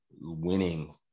winning